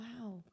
wow